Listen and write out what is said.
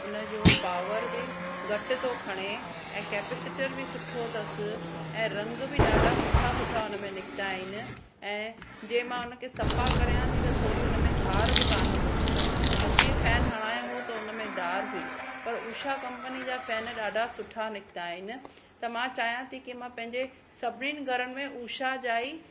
उनजो पावर बि घटि थो खणे ऐं कैपेसिटर बि सुठो अथस ऐं रंग बि ॾाढा सुठा सुठा हुनमें निकिता आहिनि ऐं जे मां हुनखे सफ़ा करियां थी त थोरी हुनमें धार बि कोन्ह अथस न त मो अॻे फैन हणायो हो त हुनमें धार हुई पर उषा कंपनी जा फैन ॾाढा सुठा निकिता आहिनि त मां चाहियां थी की मां पंहिंजे सभिनीनि घरनि में उषा जा ई